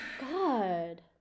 god